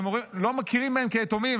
לא מכירים בהם כיתומים.